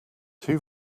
two